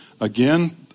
again